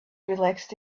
relaxed